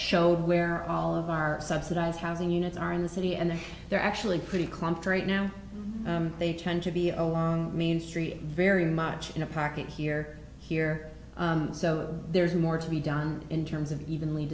showed where all of our subsidized housing units are in the city and they're actually pretty clumped right now they tend to be along main street very much in a park here here so there's more to be done in terms of evenly